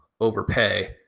overpay